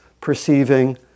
perceiving